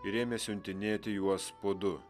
ir ėmė siuntinėti juos po du